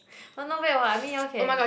[wah] not bad what I mean you all can